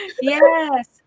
yes